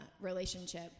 relationship